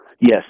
Yes